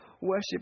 worship